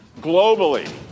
globally